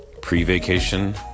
pre-vacation